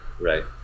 Right